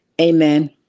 Amen